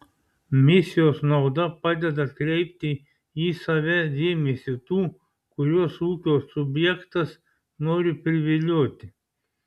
misijos nauda padeda atkreipti į save dėmesį tų kuriuos ūkio subjektas nori privilioti